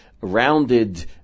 rounded